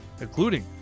including